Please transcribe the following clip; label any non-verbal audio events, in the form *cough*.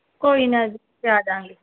ਕੋਈ ਨਾ ਜੀ *unintelligible* ਆ ਜਾਵਾਂਗੇ